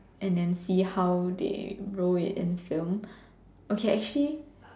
and then see how they roll it in film okay actually